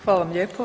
Hvala vam lijepo.